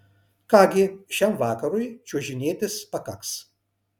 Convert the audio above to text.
ką gi šiam vakarui čiuožinėtis pakaks